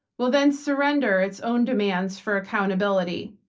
will then surrender its own demands for accountability.